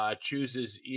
chooses